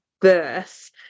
birth